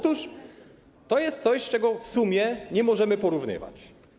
To jest coś, czego w sumie nie możemy porównywać.